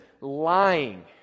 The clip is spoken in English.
lying